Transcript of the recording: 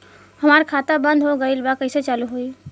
हमार खाता बंद हो गईल बा कैसे चालू होई?